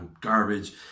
garbage